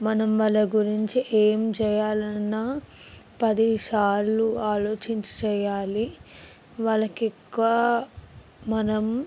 మనం వాళ్ళ గురించి ఏం చేయాలన్నా పదిసార్లు ఆలోచించి చేయాలి వాళ్ళకి ఎక్కువ మనం